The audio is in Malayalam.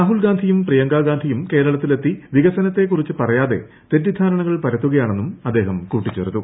രാഹുൽ ഗാന്ധിയും പ്രിയങ്ക ഗാന്ധിയും കേരളത്തിൽ എത്തി വികസനത്തെകുറിച്ച് പറയാതെ തെറ്റിദ്ധാരണകൾ പരത്തുകയാണെന്നും അദ്ദേഹം കൂട്ടിച്ചേർത്തു